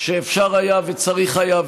שאפשר היה וצריך היה,